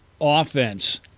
offense